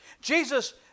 Jesus